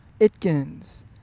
Itkins